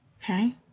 Okay